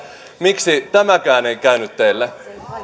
miksi tämäkään ei käynyt teille